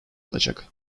olacak